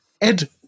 Ed